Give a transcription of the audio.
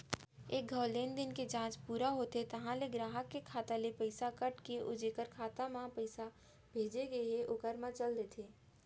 एक घौं लेनदेन के जांच पूरा होथे तहॉं ले गराहक के खाता ले पइसा कट के जेकर खाता म पइसा भेजे गए हे ओकर म चल देथे